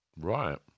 right